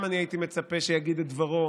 גם ממנו הייתי מצפה שיגיד את דברו,